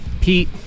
Pete